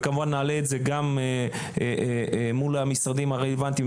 וכמובן נעלה את זה גם מול המשרדים הרלוונטיים,